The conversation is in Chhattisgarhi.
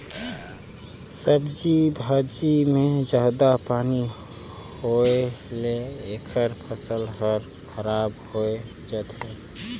सब्जी भाजी मे जादा पानी होए ले एखर फसल हर खराब होए जाथे